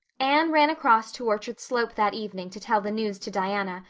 anne ran across to orchard slope that evening to tell the news to diana,